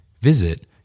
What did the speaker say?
Visit